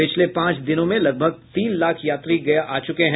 पिछले पाँच दिनो में लगभग तीन लाख यात्री गया आ चुके हैं